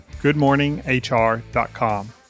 goodmorninghr.com